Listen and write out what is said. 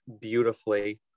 beautifully